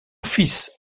fils